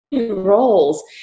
roles